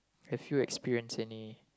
have you experienced any